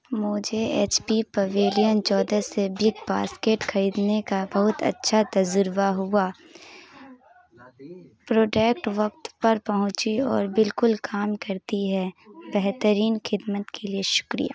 مجھے H P pavilion چودہ سے بگ باسکٹ خریدنے کا بہت اچھا تجربہ ہوا پروڈیکٹ وقت پر پہنچی اور بالکل کام کرتی ہے بہترین خدمت کے لیے شکریہ